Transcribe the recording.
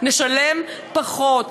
נשלם פחות,